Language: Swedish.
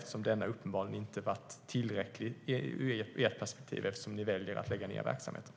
Den har uppenbarligen inte varit tillräcklig ur ert perspektiv eftersom ni väljer att lägga ned verksamheten.